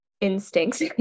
instincts